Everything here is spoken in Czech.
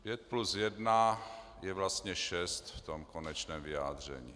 Pět plus jedna je vlastně šest v tom konečném vyjádření.